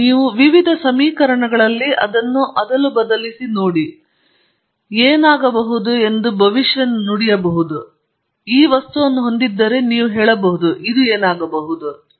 ಇದು ಆಸ್ತಿ ಎಂದು ನೀವು ಹೇಳುತ್ತೀರಿ ನೀವು ವಿವಿಧ ಸಾರಿಗೆ ಸಮೀಕರಣಗಳಲ್ಲಿ ಅದನ್ನು ಬದಲಿಸಿ ಏನಾಗಬಹುದು ಎಂದು ನೀವು ಭವಿಷ್ಯ ನುಡುತ್ತೀರಿ ಮತ್ತು ನೀವು ಈ ವಸ್ತುವನ್ನು ಹೊಂದಿದ್ದರೆ ನೀವು ಹೇಳುತ್ತೀರಿ ಇದು ಏನಾಗುತ್ತದೆ